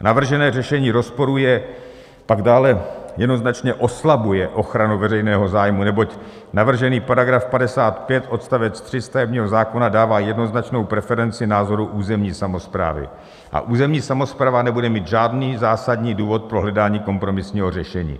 Navržené řešení rozporuje, pak dále jednoznačně oslabuje ochranu veřejného zájmu, neboť navržený § 55 odst. 3 stavebního zákona dává jednoznačnou preferenci názoru územní samosprávy a územní samospráva nebude mít žádný zásadní důvod pro hledání kompromisního řešení.